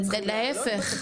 אבל להפך.